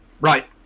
Right